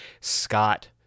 Scott